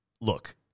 Look